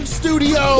studio